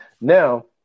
Now